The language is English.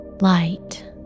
light